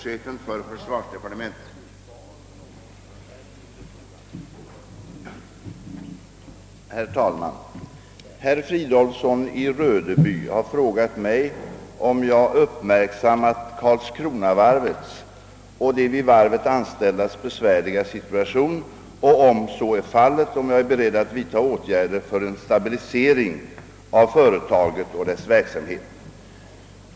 Herr Fridolfsson i Rödeby har frågat mig om jag uppmärksammat Karlskronavarvets och de vid varvet anställdas besvärliga situation och, om så är fallet, om jag är beredd att vidta åtgärder för en stabilisering av företaget och dess verksamhet.